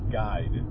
guide